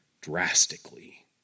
drastically